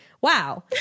wow